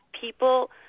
people